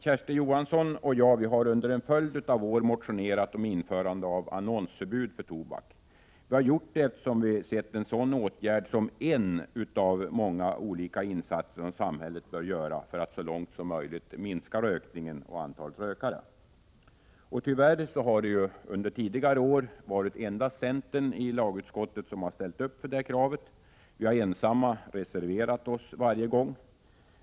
Kersti Johansson och jag har under en följd av år motionerat om införande av annonsförbud för tobak. Vi har gjort det eftersom vi sett ett annonsförbud som en av många olika insatser som samhället bör göra för att så långt möjligt minska rökningen och antalet rökare. Tyvärr har det under tidigare år endast varit centern i lagutskottet som ställt upp för detta krav. Vi har ensamma reserverat oss varje gång.